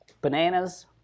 bananas